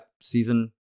season